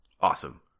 Awesome